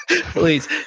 Please